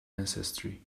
ancestry